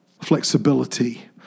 flexibility